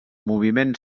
moviment